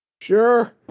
sure